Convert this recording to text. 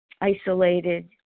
isolated